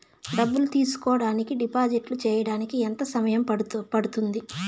డబ్బులు తీసుకోడానికి డిపాజిట్లు సేయడానికి ఎంత సమయం పడ్తుంది